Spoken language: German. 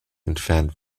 entfernt